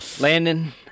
Landon